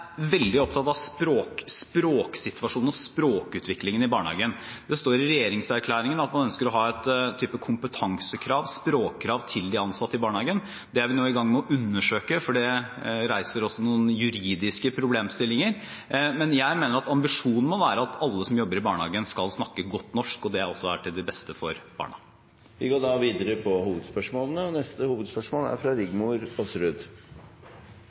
veldig opptatt av språksituasjonen og språkutviklingen i barnehagen. Det står i regjeringserklæringen at man ønsker å ha en type kompetansekrav, et språkkrav til de ansatte i barnehagen, og det er vi nå i gang med å undersøke, for dette reiser også noen juridiske problemstillinger. Men jeg mener ambisjonen må være at alle som jobber i barnehagen, skal snakke godt norsk, og at det også er til det beste for barna. Vi går videre til neste hovedspørsmål.